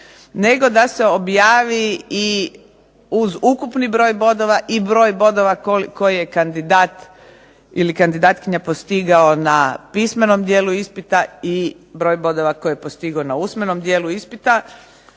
nego da se objavi i uz ukupni broj bodova i broj bodova koje je kandidat ili kandidatkinja postigao na pismenom dijelu ispita i broj bodova koji je postigao na usmenom dijelu ispita,